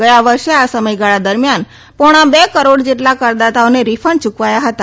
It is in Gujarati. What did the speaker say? ગયા વર્ષે આ સમયગાળા દરમિયાન પોળા બે કરોડ જેટલા કરદાતાઓને રીફંડ યુકવાથા હતા